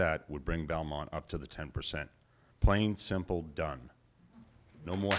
that would bring belmont up to the ten percent plain simple done no more